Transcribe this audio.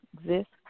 exists